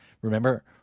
remember